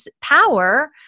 power